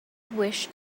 wish